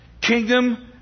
kingdom